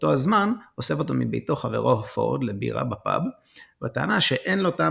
באותו הזמן אוסף אותו מביתו חברו פורד לבירה בפאב בטענה שאין לו טעם